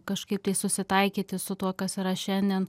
kažkaip tai susitaikyti su tuo kas yra šiandien